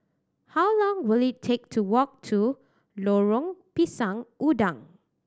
how long will it take to walk to Lorong Pisang Udang